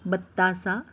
बत्तासा